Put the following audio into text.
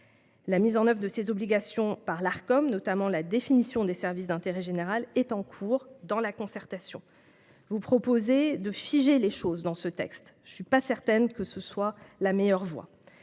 La mise en oeuvre de ces obligations par l'Arcom, notamment la définition des services d'intérêt général, est en cours, dans la concertation. Vous proposez de figer les choses dans ce texte. Je ne suis pas certaine que ce soit la meilleure voie.